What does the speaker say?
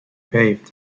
paved